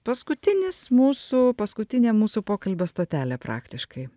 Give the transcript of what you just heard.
paskutinis mūsų paskutinė mūsų pokalbio stotelė praktiškai